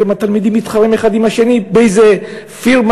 היום התלמידים מתחרים אחד עם השני באיזה פירמה,